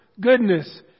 goodness